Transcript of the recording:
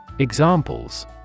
Examples